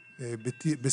נועז,